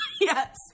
Yes